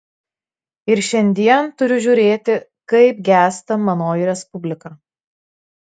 ir šiandien turiu žiūrėti kaip gęsta manoji respublika